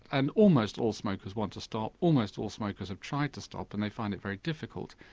and almost all smokers want to stop, almost all smokers have tried to stop and they find it very difficult.